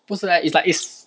不是 leh it's like is